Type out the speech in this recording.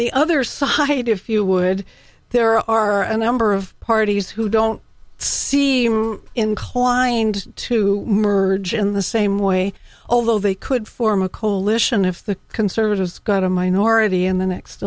the other side if you would there are a number of parties who don't seem inclined to merge in the same way although they could form a coalition if the conservatives got a minority in the next